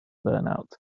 burnout